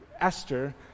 Esther